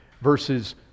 verses